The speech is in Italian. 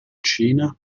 cina